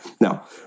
Now